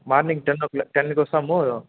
రేపు morning ten o'clock టెన్కి వస్తాము